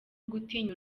gutinya